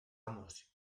amos